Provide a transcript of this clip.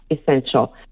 essential